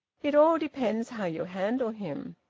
it all depends how you handle him.